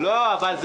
זה